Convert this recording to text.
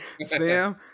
Sam